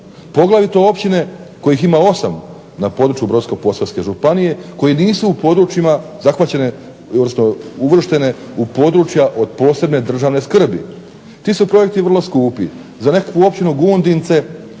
poglavito općine kojih ima 8 na području Brodsko-posavske županije koji nisu u područjima zahvaćene, odnosno uvrštene u području od posebne državne skrbi. Ti su projekti vrlo skupi. Za nekakvu općinu Gundince